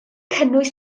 cynnwys